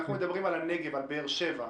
אנחנו מדברים על הנגב, על באר שבע.